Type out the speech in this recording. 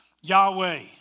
Yahweh